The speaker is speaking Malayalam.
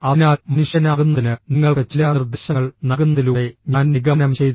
അതിനാൽ മനുഷ്യനാകുന്നതിന് നിങ്ങൾക്ക് ചില നിർദ്ദേശങ്ങൾ നൽകുന്നതിലൂടെ ഞാൻ നിഗമനം ചെയ്തു